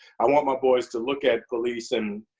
i want my boys to look at police, and,